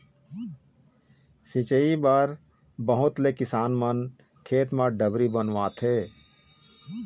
सिंचई बर बहुत ले किसान मन खेत म डबरी बनवाथे